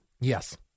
Yes